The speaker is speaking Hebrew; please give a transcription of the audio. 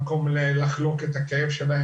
מקום לחלוק את הכאב,